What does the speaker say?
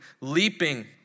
leaping